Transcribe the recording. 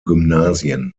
gymnasien